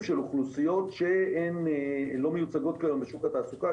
של אוכלוסיות שהן לא מיוצגות היום בשוק התעסוקה,